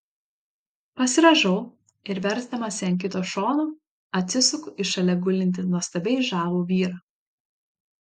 pasirąžau ir versdamasi ant kito šono atsisuku į šalia gulintį nuostabiai žavų vyrą